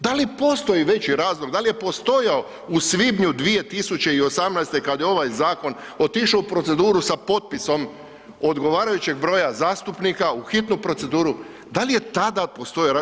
Da li postoji veći razlog, da li je postojao u svibnju 2018. kad je ovaj zakon otišao u proceduru sa potpisom odgovarajućeg broja zastupnika, u hitnu proceduru, da je tada postojao?